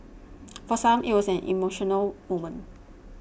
for some it was an emotional moment